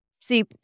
See